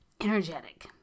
energetic